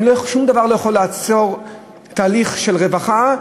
שום דבר לא יכול לעצור תהליך של רווחה,